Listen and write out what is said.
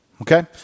Okay